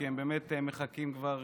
כי הם באמת מחכים כבר